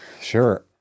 Sure